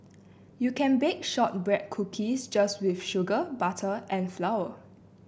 you can bake shortbread cookies just with sugar butter and flour